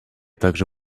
также